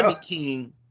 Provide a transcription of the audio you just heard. king